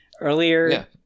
earlier